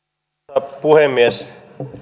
arvoisa puhemies